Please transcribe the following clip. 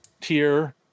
tier